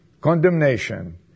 condemnation